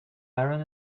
iron